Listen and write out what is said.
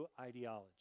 ideology